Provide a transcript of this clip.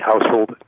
household